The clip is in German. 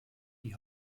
die